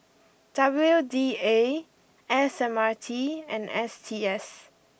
W D A S M R T and S T S